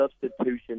substitution